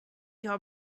your